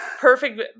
perfect